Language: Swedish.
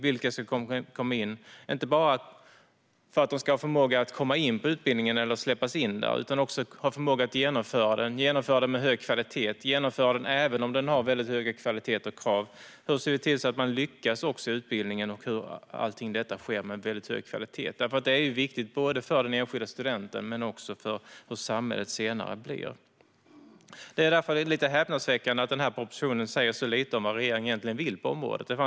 De ska ju inte bara komma in på utbildningen utan också ha förmåga att genomföra den med hög kvalitet även om den ställer höga krav. Hur ser vi till att man lyckas i utbildningen och att det sker med hög kvalitet? Det är viktigt både för den enskilda studenten och för hur samhället senare blir. Det är därför häpnadsväckande att propositionen säger så lite om vad regeringen vill på området.